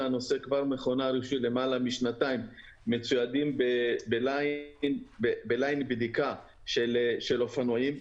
מכוני הרישוי כבר למעלה משנתיים מצוידים בליין בדיקה של אופנועים,